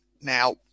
now